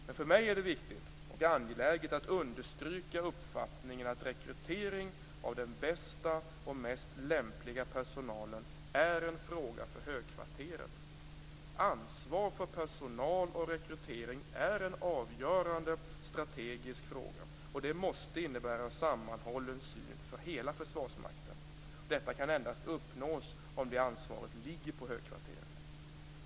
Men för mig är det angeläget att understryka uppfattningen att rekrytering av den bästa och mest lämpliga personalen är en fråga för högkvarteret. Ansvaret för personal och rekrytering är en avgörande strategisk fråga, och det måste vara en sammanhållen syn för hela Försvarsmakten. Detta kan endast uppnås om ansvaret ligger på högkvarteret.